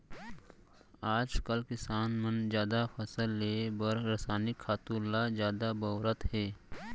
आजकाल किसान मन जादा फसल लिये बर रसायनिक खातू ल जादा बउरत हें